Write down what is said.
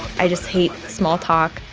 i just hate small talk.